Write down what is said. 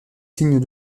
signe